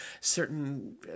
certain